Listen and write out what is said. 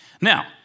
Now